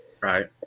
Right